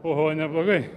oho neblogai